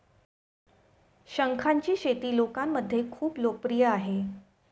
शंखांची शेती लोकांमध्ये खूप लोकप्रिय आहे